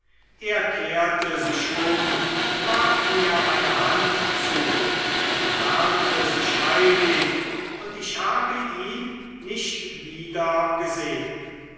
er kehrte sich um warf mir eine hand zu entfernte sich eilig und ich habe ihn nicht wieder gesehen